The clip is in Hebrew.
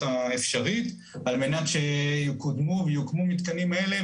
האפשרית על מנת שיקודמו ויוקמו המתקנים האלה,